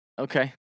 Okay